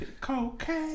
Cocaine